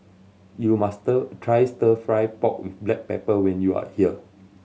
you must stir try Stir Fry pork with black pepper when you are here